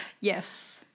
Yes